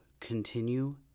continue